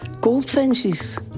goldfinches